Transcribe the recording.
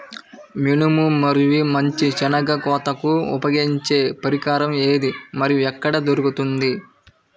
మినుము మరియు మంచి శెనగ కోతకు ఉపయోగించే పరికరం ఏది మరియు ఎక్కడ దొరుకుతుంది?